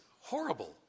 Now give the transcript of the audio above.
horrible